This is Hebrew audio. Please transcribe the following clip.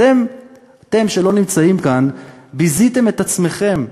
אתם שלא נמצאים כאן ביזיתם את עצמכם,